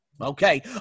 okay